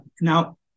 Now